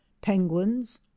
penguins